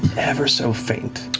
ever so faint,